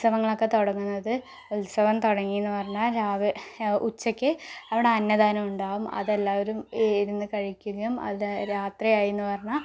ഉത്സവങ്ങളൊക്കെ തുടങ്ങുന്നത് ഉത്സവം തുടങ്ങിയെന്ന് പറഞ്ഞാൽ രാവ് ഉച്ചയ്ക്ക് അവിടെ അന്നദാനം ഉണ്ടാവും അതെല്ലാവരും ഇരുന്ന് കഴിക്കുകയും അത് രാത്രി ആയിയെന്നു പറഞ്ഞാൽ